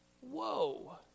Whoa